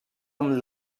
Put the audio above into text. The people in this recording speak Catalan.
amb